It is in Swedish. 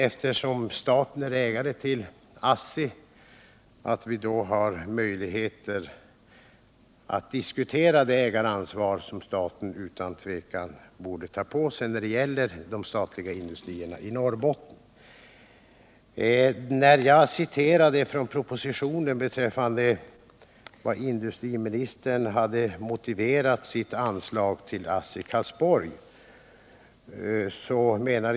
Eftersom staten är ägare till ASSI förutsätter jag att vi då har möjligheter att diskutera det ägaransvar som staten utan tvivel bör ta på sig när det gäller de statliga industrierna i Norrbotten. I mitt tidigare inlägg citerade jag vad industriministern anfört i proposi tionen som motivering för ett anslag till ASSI i Karlsborg.